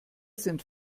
sind